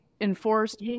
enforced